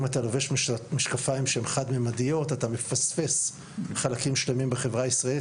אם אתה לובש משקפיים שהם חד-ממדיות אתה מפספס חלקים שלמים בחברה הישראלית